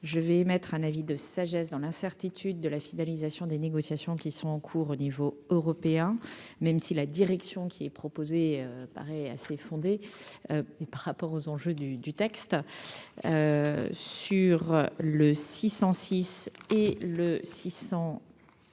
je vais émettre un avis de sagesse dans l'incertitude de la fidélisation des négociations qui sont en cours au niveau européen, même si la direction qui est proposé paraît assez fondée, et par rapport aux enjeux du du texte sur le six six et le six